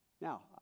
Now